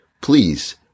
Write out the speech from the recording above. please